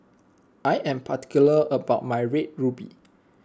I am particular about my Red Ruby